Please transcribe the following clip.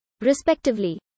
respectively